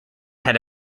had